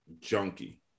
junkie